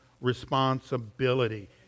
responsibility